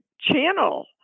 channel